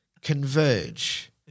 converge